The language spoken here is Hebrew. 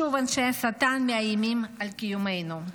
שוב אנשי השטן מאיימים על קיומנו.